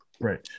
Right